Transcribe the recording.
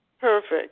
Perfect